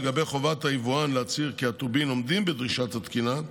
לגבי חובת היבואן להצהיר כי הטובין עומדים בדרישות התקינה,